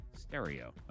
Stereo